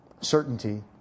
certainty